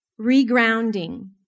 regrounding